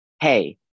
hey